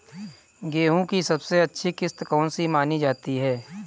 गेहूँ की सबसे अच्छी किश्त कौन सी मानी जाती है?